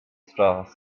stars